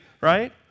right